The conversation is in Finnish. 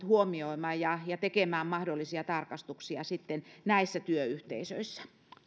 huomioimaan ja ja tekemään mahdollisia tarkastuksia näissä työyhteisöissä